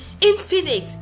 infinite